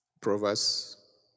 Proverbs